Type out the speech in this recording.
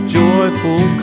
joyful